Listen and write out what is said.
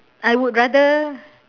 I would rather